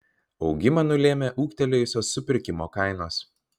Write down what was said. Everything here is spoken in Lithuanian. augimą nulėmė ūgtelėjusios supirkimo kainos